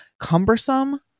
cumbersome